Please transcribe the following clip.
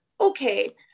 Okay